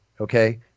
okay